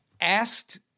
asked